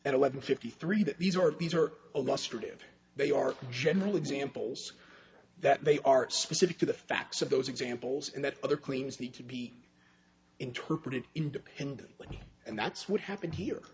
at eleven fifty three that these are these are a lost lives they are generally examples that they are specific to the facts of those examples and that other claims need to be interpreted independently and that's what happened here